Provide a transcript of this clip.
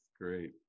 Great